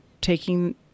taking